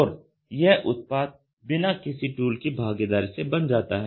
और यह उत्पाद बिना किसी टूल की भागीदारी से बन जाता है